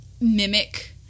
mimic